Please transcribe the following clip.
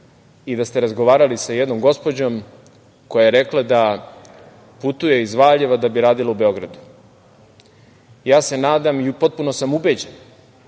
i da ste razgovarali sa jednom gospođom koja je rekla da putuje iz Valjeva da bi radila u Beogradu. Nadam se i potpuno sam ubeđen,